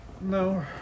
No